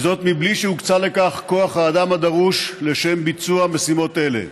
וזאת בלי שהוקצה לכך כוח האדם הדרוש לשם ביצוע משימות אלה.